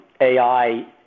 AI